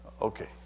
Okay